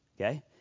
Okay